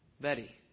Betty